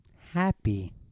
Happy